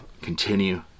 continue